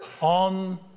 on